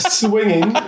swinging